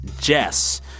Jess